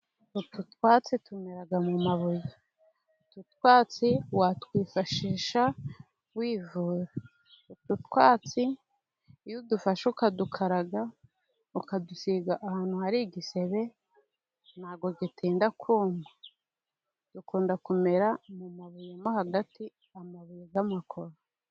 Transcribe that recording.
Utu twatsi tumera mu mabuye. Utu twatsi watwifashisha wivura. Utu twatsi iyo udufashe ukadukaraga, ukadusiga ahantu hari igisebe, nta bwo gitinda kuma. Dukunda kumera mu mabuye mo hagati, amabuye y'amakoro.